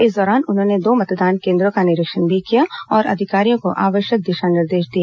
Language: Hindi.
इस दौरान उन्होंने दो मतदान केंद्रों का निरीक्षण भी किया और अधिकारियों को आवश्यक दिशा निर्देश दिए